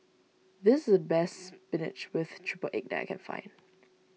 this is the best Spinach with Triple Egg that I can find